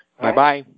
Bye-bye